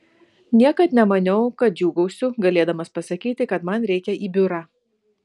niekad nemaniau kad džiūgausiu galėdamas pasakyti kad man reikia į biurą